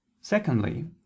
Secondly